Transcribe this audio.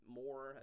more